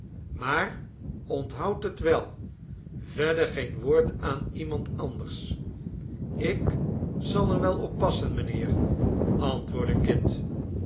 maar onthoud het wel verder geen woord aan iemand anders ik zal er wel op passen mijnheer antwoordde kit